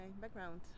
background